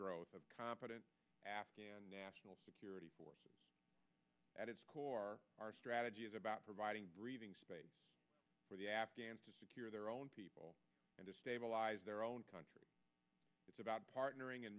growth of competent afghan national security forces at its core our strategy is about providing breathing space for the afghans to secure their own people and to stabilize their own country it's about partnering and